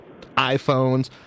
iPhones